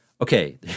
okay